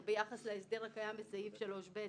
יתכן שלא ניתן יהיה להעלות הצגות כמו זו שראיתם כאן הערב".